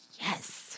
Yes